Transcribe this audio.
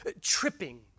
tripping